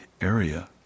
area